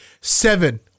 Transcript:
Seven